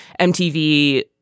MTV